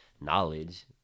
knowledge